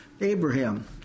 Abraham